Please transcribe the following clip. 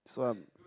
so I'm